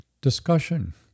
discussion